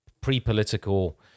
pre-political